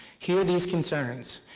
hear these concerns,